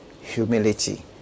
Humility